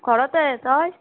ঘৰতে তই